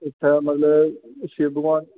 उत्थै मतलब कि शिव भगवान